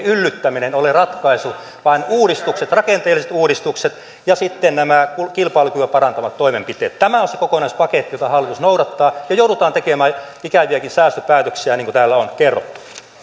yllyttäminen ole ratkaisu vaan uudistukset rakenteelliset uudistukset ja sitten nämä kilpailukykyä parantavat toimenpiteet tämä on se kokonaispaketti jota hallitus noudattaa ja joudutaan tekemään ikäviäkin säästöpäätöksiä niin kuin täällä on kerrottu